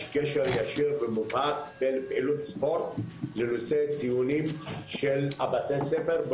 יש קשר ישיר ומובהק בין פעילות ספורט לציונים בבתי הספר,